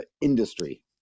industry